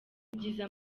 byiza